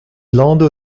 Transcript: land